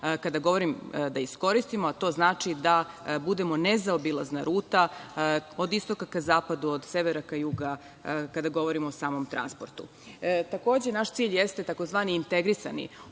Kada govorim da iskoristimo, to znači da budemo nezaobilazna ruta od istoka ka zapadu, od severa ka jugu kada govorimo o samom transportu. Takođe, naš cilj jeste tzv. integrisani,